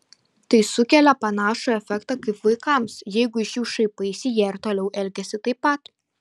tai sukelia panašų efektą kaip vaikams jeigu iš jų šaipaisi jie ir toliau elgiasi taip pat